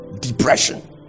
depression